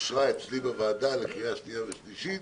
ואושרה אצלי בוועדה לקריאה שנייה ושלישית,